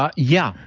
um yeah.